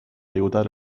aiutare